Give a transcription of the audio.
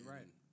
Right